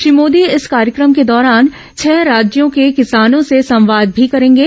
श्री मोदी इस कार्यक्रम के दौरान छह राज्यों के किसानों से संवाद भी करेंगे